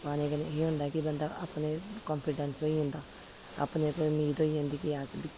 पाने कन्नै एह् होंदा कि बंदा अपने कान्फीडैंस होई जंदा अपने पर उम्मीद होई जंदी कि अस बी